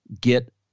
get